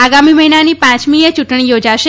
આગામી મહિનાની પાંચમી મેએ યૂંટણી યોજાશે